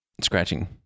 Scratching